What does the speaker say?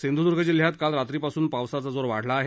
सिंधूदुर्ग जिल्ह्यात काल रात्रीपासून पावसाचा जोर वाढला आहे